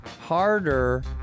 Harder